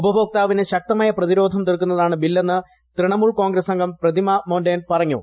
ഉപഭോക്താവിന് ശക്തമായ പ്രതിരോധം തീർക്കുന്നതാണ് ബില്ലെന്ന് തൃണമുൽ കോൺഗ്രസംഗം പ്രതിമ മൊൻഡേൻ പറഞ്ഞു